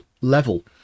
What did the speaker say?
level